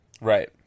right